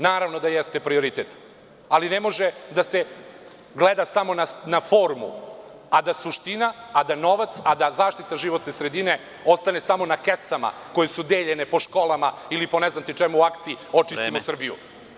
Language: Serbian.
Naravno da jeste prioritet, ali ne može da se gleda samo na formu, a da suština, novac, zaštita životne sredine ostane samo na kesama koje su deljene po školama u akciji „Očistimo Srbiju“